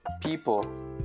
People